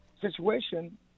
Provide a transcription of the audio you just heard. situation